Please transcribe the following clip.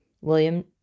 William